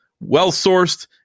well-sourced